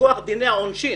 מכוח דיני העונשין